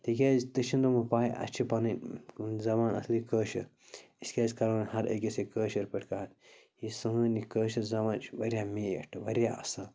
تِکیٛازِ تہِ چھِنہٕ وٕ پَے اَسہِ چھِ پنٕنۍ زبان اَصلی کٲشِر أسۍ کیٛازِ کَرو نہٕ ہر أکِس سۭتۍ کٲشِر پٲٹھۍ کَتھ یہِ سٲنۍ یہِ کٲشِر زبان چھِ یہِ چھِ واریاہ میٖٹھ واریاہ اَصٕل